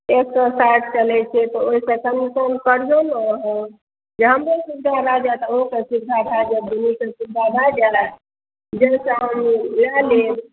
एक सए साठिके लै छियै तऽ ओहि से कनि कम करियो ने जे हमरो सुविधा भए जाइत आ अहुँके सुविधा भए जाइत दुन्नूके सुविधा भए जाइत डेढ़ सएमे हम लै लेब